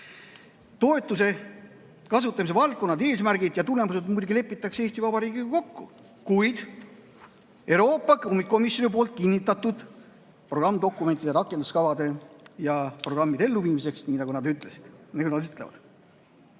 Toetuse kasutamise valdkonnad, eesmärgid ja tulemused muidugi lepitakse Eesti Vabariigiga kokku, kuid [seda tehakse] Euroopa Komisjoni kinnitatud programmdokumentide, rakenduskavade ja programmide elluviimiseks, nii nagu nad ütlevad.